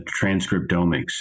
transcriptomics